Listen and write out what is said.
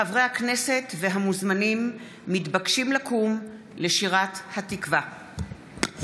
חברי הכנסת והמוזמנים מתבקשים לקום לשירת התקווה.